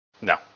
No